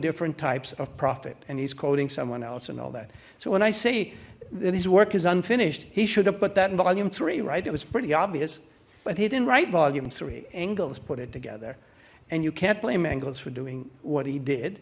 different types of profit and he's quoting someone else and all that so when i say that his work is unfinished he should have put that in volume three right it was pretty obvious but he didn't write volume three angles put it together and you can't blame angles for doing what he did